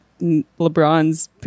LeBron's